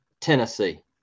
Tennessee